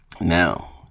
Now